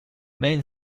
mann